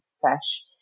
fresh